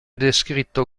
descritto